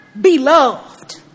beloved